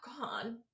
god